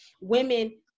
women